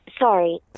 Sorry